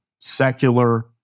secular